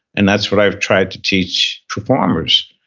and that's what i've tried to teach performers.